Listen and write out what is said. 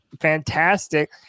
fantastic